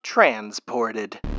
Transported